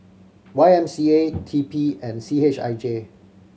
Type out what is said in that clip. Y M C A T P and C H I J